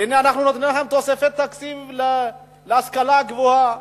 והנה אנחנו נותנים לכם תוספת תקציב להשכלה הגבוהה.